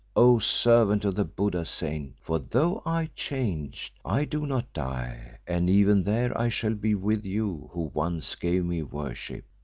o servant of the budda-saint, for though i change, i do not die, and even there i shall be with you who once gave me worship